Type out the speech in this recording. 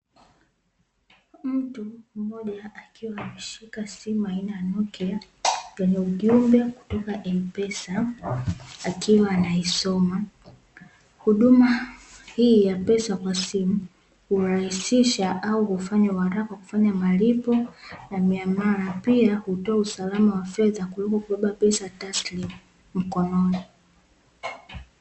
Mtu mmoja akiwa ameshika simu aina ya nokia, yenye ujumbe kutoka "M-pesa'' akiwa anaisoma. Huduma hii ya pesa kwa simu, hurahisisha au kufanya uharaka wa kufanya malipo na miamala, pia hutoa usalama wa pesa kuliko kubeba pesa taslimu mkononi.